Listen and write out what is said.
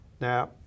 now